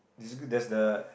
it's a good there's the